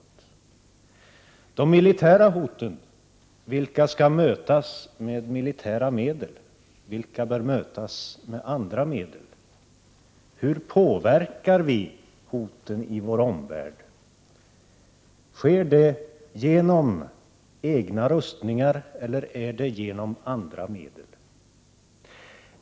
Vilka av de militära hoten skall mötas med militära medel, och vilka bör mötas med andra medel? Hur påverkar vi hoten i vår omvärld? Sker det med egna rustningar eller med andra medel?